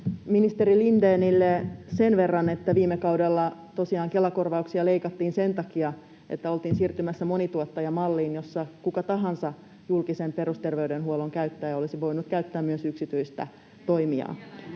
Ministeri Lindénille sen verran, että viime kaudella tosiaan Kela-korvauksia leikattiin sen takia, että oltiin siirtymässä monituottajamalliin, jossa kuka tahansa julkisen perusterveydenhuollon käyttäjä olisi voinut käyttää myös yksityistä toimijaa.